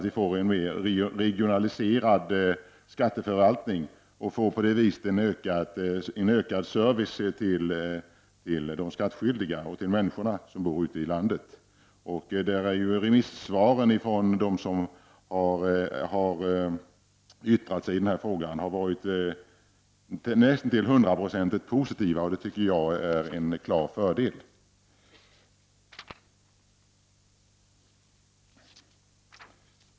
Vi får en mera regionaliserad skatteförvaltning och på det viset ökad service för de skattskyldiga ute i landet. Remissvar från dem som har yttrat sig i denna fråga har varit näst intill hundra procent positiva. Det är en klar fördel, tycker jag.